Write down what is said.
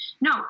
No